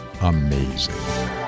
amazing